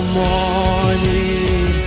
morning